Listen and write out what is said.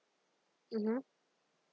mmhmm